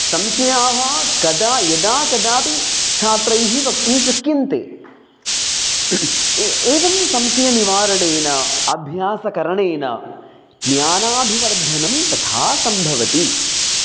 संशयाः कदा यदा कदापि छात्रैः वक्तुं शक्यन्ते एवं संशयनिवारणेन अभ्यासकरणेन ज्ञानाभिवर्धनं तथा सम्भवति